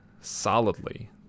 solidly